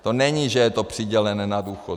To není, že je to přidělené na důchody.